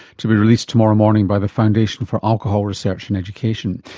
to be released tomorrow morning by the foundation for alcohol research and education.